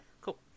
Cool